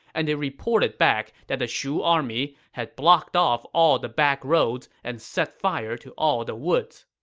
and they reported back that the shu army has blocked off all the backroads and set fire to all the woods.